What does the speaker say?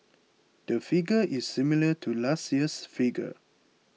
the figure is similar to last year's figure